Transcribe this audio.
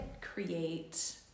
create